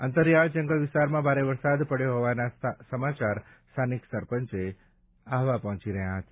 અંતરિયાળ જંગલ વિસ્તારમાં ભારે વરસાદ પડ્યો હોવાના સમાચાર સ્થાનિક સરપંચ મારફથે આહવા પહોંચી રહ્યાં છે